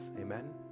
Amen